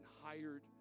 hired